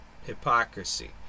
hypocrisy